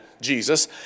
Jesus